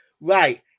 right